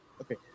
Okay